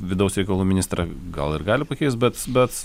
vidaus reikalų ministrą gal ir gali pakeist bet bet